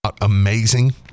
Amazing